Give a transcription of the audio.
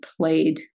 played